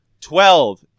twelve